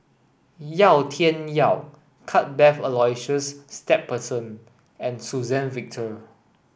Yau Tian Yau Cuthbert Aloysius Shepherdson and Suzann Victor